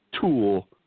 tool